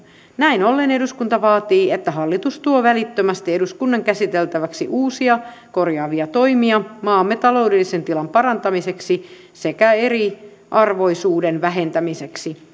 näin ollen eduskunta vaatii että hallitus tuo välittömästi eduskunnan käsiteltäväksi uusia korjaavia toimia maamme taloudellisen tilan parantamiseksi sekä eriarvoisuuden vähentämiseksi